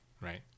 Right